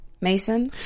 Mason